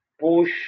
push